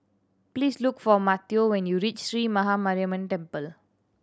please look for Mateo when you reach Sree Maha Mariamman Temple